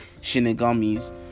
shinigamis